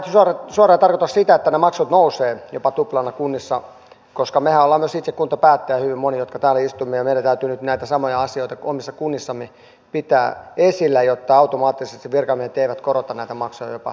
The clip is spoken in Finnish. tämähän ei suoraan tarkoita sitä että ne maksut nousevat jopa tuplana kunnissa koska mehän olemme myös itse kuntapäättäjiä hyvin moni jotka täällä istumme ja meidän täytyy nyt näitä samoja asioita omissa kunnissamme pitää esillä jotta automaattisesti virkamiehet eivät korota näitä maksuja jopa kaksinkertaisesti